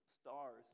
stars